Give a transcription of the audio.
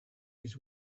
his